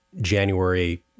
January